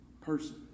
person